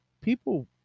people